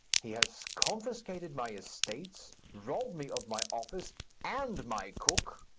he has confiscated my estates, robbed me of my office and my cook.